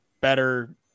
better